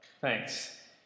Thanks